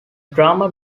drama